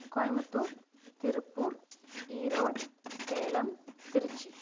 Coimbatore Tiruppur Erode Salem Trichy